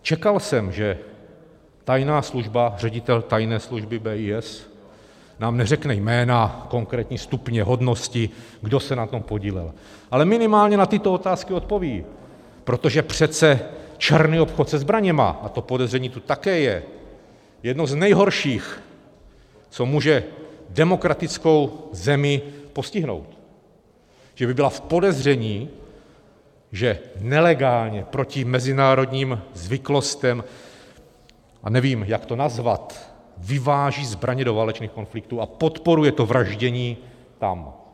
Čekal jsem, že tajná služba, ředitel tajné služby BIS, nám neřekne jména, konkrétní stupně, hodnosti, kdo se na tom podílel, ale minimálně na tyto otázky odpoví, protože přece černý obchod se zbraněmi, a to podezření tu také je, je jedním z nejhorších, co může demokratickou zemi postihnout, že by byla v podezření, že nelegálně proti mezinárodním zvyklostem, a nevím, jak to nazvat, vyváží zbraně do válečných konfliktů a podporuje to vraždění tam.